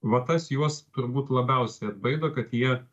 va tas juos turbūt labiausiai atbaido kad jie